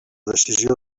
decisió